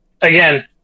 again